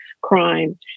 crime